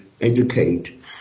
educate